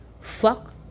Fuck